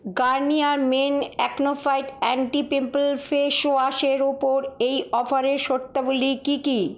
Garnier men acno fight anti pimple ফেসওয়াশের ওপর এই অফারের শর্তাবলী কি কি